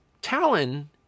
Talon